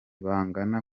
bangana